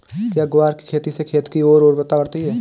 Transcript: क्या ग्वार की खेती से खेत की ओर उर्वरकता बढ़ती है?